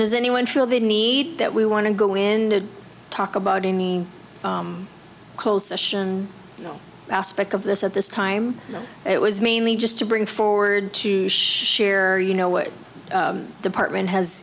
there's anyone feel the need that we want to go in and talk about any closer aspect of this at this time it was mainly just to bring forward to share you know what the partner in has